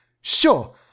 sure